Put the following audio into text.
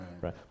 Right